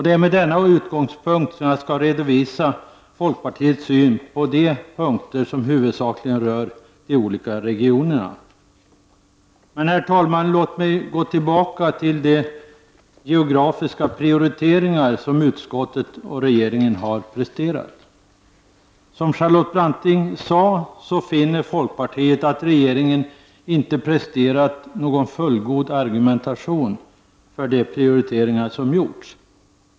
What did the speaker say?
Det är med utgångspunkt i detta som jag skall redogöra för folkpartiets syn på de punkter som huvudsakligen rör de olika regionerna. Jag återgår till de geografiska prioriteringar som utskottet och regeringen har presterat. Som Charlotte Branting sade finner folkpartiet att regeringen inte har presterat några fullgoda argument för de prioriteringar som har gjorts.